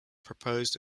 proposed